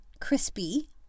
Crispy